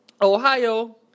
Ohio